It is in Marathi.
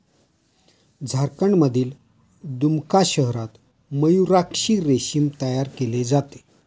झारखंडमधील दुमका शहरात मयूराक्षी रेशीम तयार केले जाते